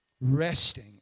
Resting